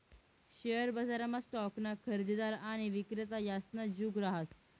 share बजारमा स्टॉकना खरेदीदार आणि विक्रेता यासना जुग रहास